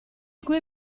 quei